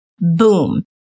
boom